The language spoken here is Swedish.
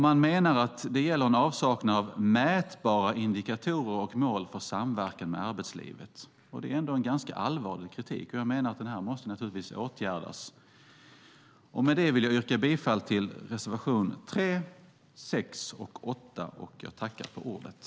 Man menar att det gäller en avsaknad av "mätbara indikatorer och mål för samverkan med arbetslivet". Det är ändå en ganska allvarlig kritik. Jag menar att det naturligtvis måste åtgärdas. Med det vill jag yrka bifall till reservationerna 3, 6 och 8.